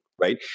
right